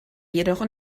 jedoch